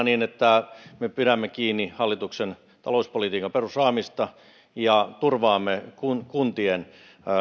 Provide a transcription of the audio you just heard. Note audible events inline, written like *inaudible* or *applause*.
*unintelligible* niin että me pidämme kiinni hallituksen talouspolitiikan perusraamista ja turvaamme kuntien